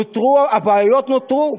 הבעיות נותרו.